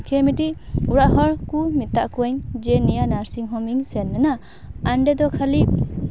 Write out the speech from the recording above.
ᱥᱮ ᱢᱤᱫᱴᱤᱡ ᱚᱲᱟᱜ ᱦᱚᱲ ᱠᱚ ᱢᱮᱛᱟᱜ ᱠᱚᱣᱟᱧ ᱡᱮ ᱱᱤᱭᱟᱹ ᱱᱟᱨᱥᱤᱝ ᱦᱳᱢᱤᱧ ᱥᱮᱱ ᱞᱮᱱᱟ ᱟᱨ ᱚᱸᱰᱮ ᱫᱚ ᱠᱷᱟᱹᱞᱤ